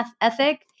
ethic